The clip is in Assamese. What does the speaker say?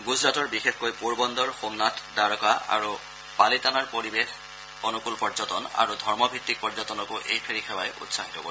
গুজৰাটৰ বিশেষকৈ পোৰবন্দৰ সোমনাথ দ্বাৰকা আৰু পালিতানাৰ পৰিৱেশ অনুকূল পৰ্যটন আৰু ধমভিত্তিক পৰ্যটনকো এই ফেৰী সেৱাই উৎসাহিত কৰিব